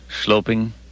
sloping